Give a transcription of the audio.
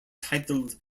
titled